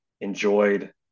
enjoyed